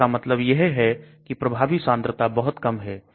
तो इसका मतलब यह है कि प्रभावी सांद्रता बहुत कम है